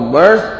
birth